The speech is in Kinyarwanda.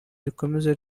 rikomeza